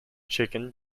chicken